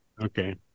Okay